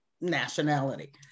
nationality